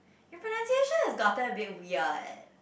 your pronunciation has gotten a bit weird